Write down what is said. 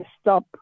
stop